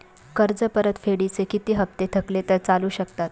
कर्ज परतफेडीचे किती हप्ते थकले तर चालू शकतात?